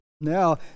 now